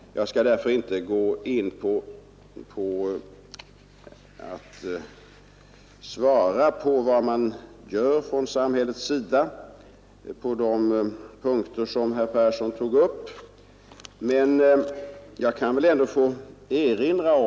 Jag skall därför inte svara på vad man gör från samhällets sida på de punkter som herr Persson i det sammanhanget tog upp.